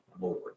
lord